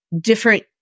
different